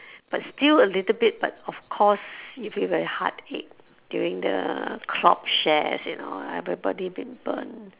but still a little bit but of course you feel very heart ache during the clot shares you know everybody been burn